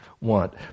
want